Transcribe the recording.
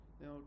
Now